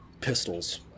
pistols